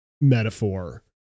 metaphor